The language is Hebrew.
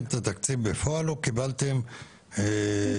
את התקציב בפועל או קיבלתם --- הנה,